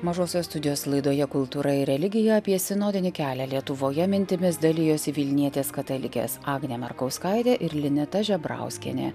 mažosios studijos laidoje kultūra ir religija apie sinodinį kelią lietuvoje mintimis dalijosi vilnietės katalikės agnė markauskaitė ir linita žebrauskienė